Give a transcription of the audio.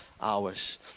hours